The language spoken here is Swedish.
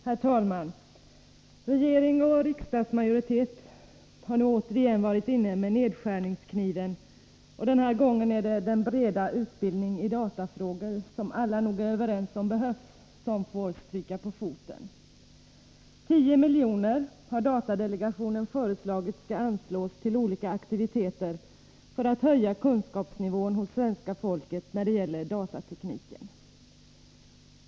Herr talman! Regering och riksdagsmajoritet har nu återigen varit framme med nedskärningskniven. Den här gången är det den breda utbildningen i datafrågor, som alla nog är överens om behövs, som får stryka på foten. 10 miljoner har datadelegationen föreslagit att det skall anslås till olika aktiviteter för att höja kunskapsnivån hos svenska folket när det gäller datatekniken.